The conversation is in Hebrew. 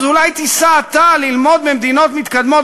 אז אולי תיסע אתה ללמוד ממדינות מתקדמות